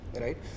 right